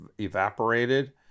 evaporated